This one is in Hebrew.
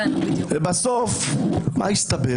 בסוף מה הסתבר